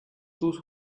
those